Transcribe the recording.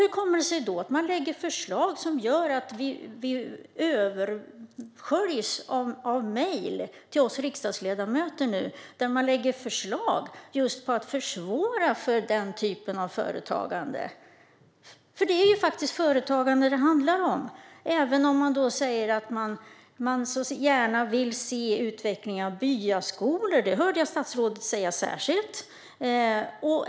Hur kommer det sig då att vi riksdagsledamöter översköljs av mejl om regeringens förslag om att försvåra för denna typ av företagande? Ni vill gärna se utveckling av byskolor; det hörde jag statsrådet säga särskilt.